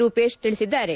ರೂಪೇಶ್ ತಿಳಿಸಿದ್ದಾರೆ